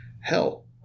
Hell